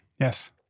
Yes